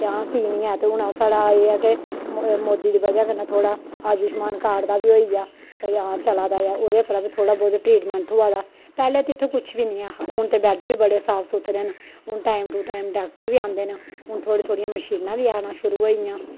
हां की निं ऐ हून साढ़ा एह् ऐ के मोदी दी बजह् कन्नै थोह्ड़ा आयुषमान कार्ड दा बी होई गेआ भाई हां चला दा ऐ एह्दे उप्परा बी थोह्ड़ा बहुत ट्रीटमेंट थ्होआ दा पैह्लें ते इत्थै किश बी निं हा हून ते बैड्ड बी बडे़ साफ सुथरे न हून टाइम उप्पर डाॅक्टर बी औंदे न हून थोह्ड़ी थोह्ड़ी मशीनां बी औना शुरु होई गेइयां